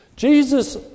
Jesus